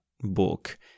book